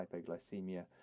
hypoglycemia